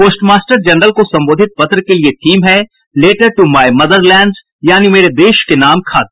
postmaster general को संबोधित पत्र के लिये थीम है letter to my motherland यानि मेरे देश के नाम खत